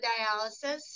dialysis